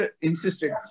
insisted